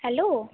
hello